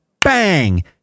bang